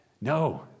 No